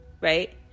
right